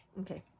Okay